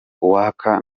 uwaka